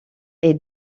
est